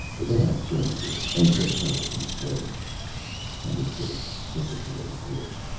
then i changed it, and put her in his place. i was getting sick of the little witch,